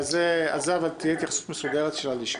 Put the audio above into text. על זה תהיה התייחסות מסודרת של הלשכה.